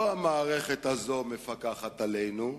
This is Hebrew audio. לא המערכת הזאת מפקחת עלינו,